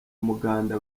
umuganda